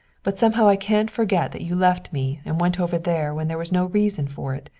but somehow i can't forget that you left me and went over there when there was no reason for it.